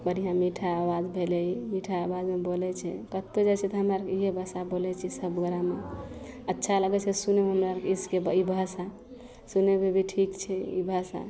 बढ़िआँ मीठा आवाज भेलै ई मीठा आवाजमे बोलै छै कतहु जाइ छिए तऽ हमे आओर इएह भाषा बोलै छी सभगोरेमे अच्छा लगै छै सुनैमे हमरा आओरके इसके ई भाषा सुनैमे भी ठीक छै ई भाषा